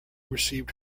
received